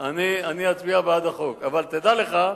אני אצביע בעד החוק, אבל תדע לך,